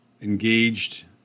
engaged